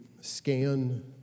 scan